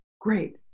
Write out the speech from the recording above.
Great